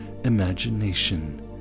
imagination